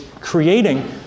creating